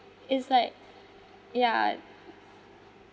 is like yeah